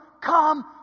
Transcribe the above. come